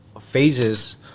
phases